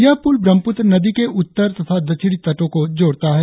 यह पुल ब्रह्मपुत्र नदी के उत्तर तथा दक्षिणी तटों को जोड़ता है